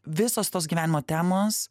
visos tos gyvenimo temos